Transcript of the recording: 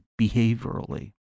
behaviorally